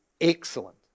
excellent